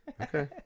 Okay